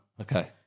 Okay